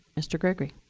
mr. gregory.